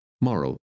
moral